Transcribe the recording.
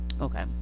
Okay